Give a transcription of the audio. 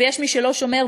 ויש מי שלא שומר,